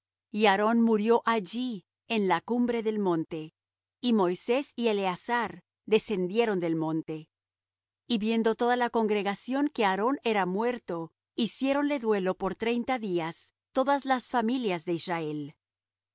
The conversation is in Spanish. y aarón murió allí en la cumbre del monte y moisés y eleazar descendieron del monte y viendo toda la congregación que aarón era muerto hiciéronle duelo por treinta días todas las familias de israel